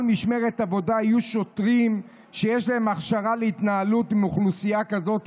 משמרת עבודה יהיו שוטרים שיש להם הכשרה להתנהלות עם אוכלוסייה כזאת,